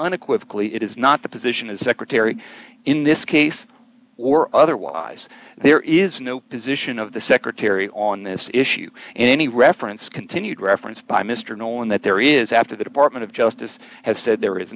unequivocally it is not the position is secretary in this case or otherwise there is no position of the secretary on this issue in any reference continued reference by mr nolan that there is after the department of justice has said there is